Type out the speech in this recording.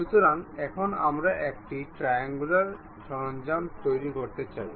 সুতরাং এখানে আমরা একটি ট্রায়াঙ্গুলার সরঞ্জাম তৈরি করতে চাই